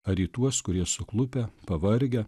ar į tuos kurie suklupę pavargę